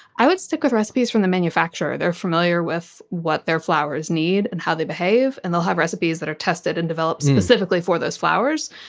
i would stick with recipes from the ten manufacturer. they're familiar with what their flours need and how they behave and they'll have recipes that are tested and developed specifically for those flours.